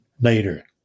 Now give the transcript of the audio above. later